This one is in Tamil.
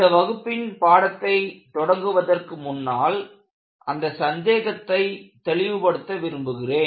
இந்த வகுப்பின் பாடத்தை தொடங்குவதற்கு முன்னால் அந்த சந்தேகத்தை தெளிவு படுத்த விரும்புகிறேன்